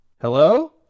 Hello